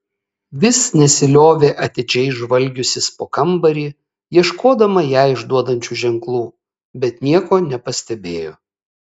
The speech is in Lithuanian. vis nesiliovė atidžiai žvalgiusis po kambarį ieškodama ją išduodančių ženklų bet nieko nepastebėjo